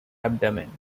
abdomen